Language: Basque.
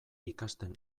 ikasten